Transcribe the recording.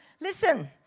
listen